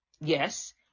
yes